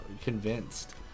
convinced